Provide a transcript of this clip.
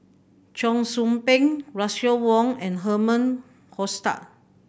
Cheong Soo Pieng Russel Wong and Herman Hochstadt